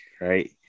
right